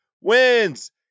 wins